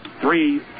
three